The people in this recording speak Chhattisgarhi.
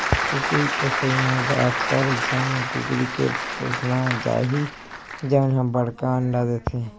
कुकरी पोसइ म अक्सर अइसन कुकरी के पोसना चाही जउन ह बड़का अंडा देथे